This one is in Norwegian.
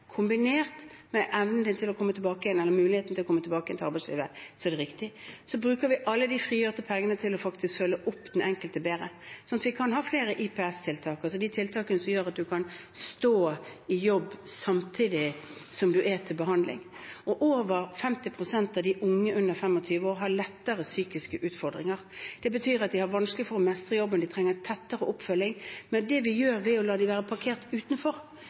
kombinert med evnen eller muligheten til å komme tilbake igjen til arbeidslivet, så er det riktig. Vi bruker alle de frigjorte pengene til faktisk å følge opp den enkelte bedre, sånn at vi kan ha flere IPS-tiltak, altså de tiltakene som gjør at man kan stå i jobb samtidig som man er til behandling. Over 50 pst. av de unge under 25 år har lettere psykiske utfordringer. Det betyr at de har vanskelig for å mestre jobben, de trenger tettere oppfølging, men det vi gjør ved å la dem være parkert utenfor,